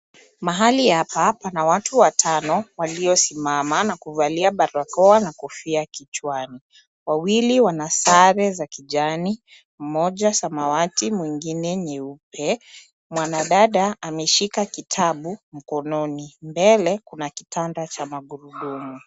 Mahali hapa pana watu watano waliosimama na kuvalia barakoa na kofia kichwani. Wawili wana sare za kijani, mmoja samawati, mwingine nyeupe. Mwanadada ameshika kitabu mkononi. Mbele kuna kitanda cha magurudumu.